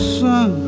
sun